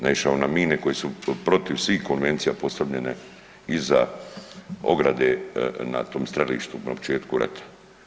Naišao na mine koje su protiv svih konvencija postavljene i za ograde na tom strelištu na početku rata.